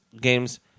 games